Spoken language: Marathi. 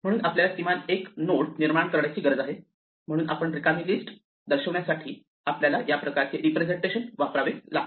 म्हणून आपल्याला किमान एक नोड निर्माण करण्याची गरज आहे आणि म्हणून रिकामी लिस्ट दर्शवण्यासाठी आपल्याला या प्रकारचे रिप्रेझेंटेशन वापरावे लागते